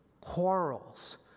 quarrels